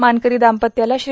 मानकरी दाम्पत्याला श्री